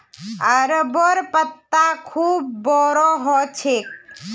अरबोंर पत्ता खूब बोरो ह छेक